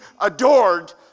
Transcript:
adored